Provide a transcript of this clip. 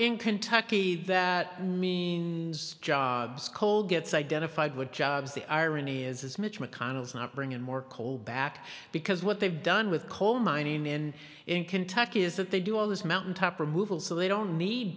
in kentucky that means jobs coal gets identified with jobs the irony is mitch mcconnell's not bring in more coal back because what they've done with coal mining in in kentucky is that they do all this mountaintop removal so they don't need